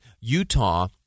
Utah